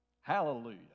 Hallelujah